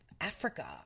Africa